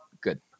good